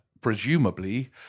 presumably